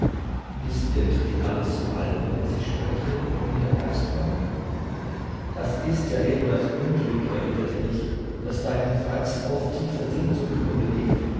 ist wirklich alles so albern was ich spreche wenn mir der geist kommt das ist ja eben das unglück erwiderte ich daß deinen fratzen oft tiefer sinn zum grunde liegt